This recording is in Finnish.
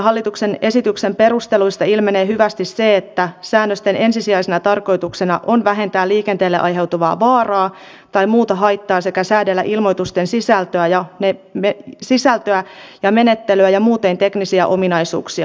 hallituksen esityksen perusteluista ilmenee hyvin se että säännösten ensisijaisena tarkoituksena on vähentää liikenteelle aiheutuvaa vaaraa tai muuta haittaa sekä säädellä ilmoitusten sisältöä ja menettelyä ja muuten teknisiä ominaisuuksia